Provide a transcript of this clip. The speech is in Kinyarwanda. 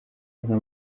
nka